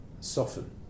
soften